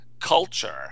culture